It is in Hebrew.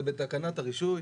בתקנת הרישוי,